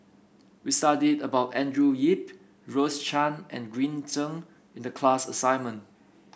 we studied about Andrew Yip Rose Chan and Green Zeng in the class assignment